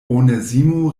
onezimo